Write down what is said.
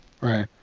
Right